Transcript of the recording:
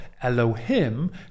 Elohim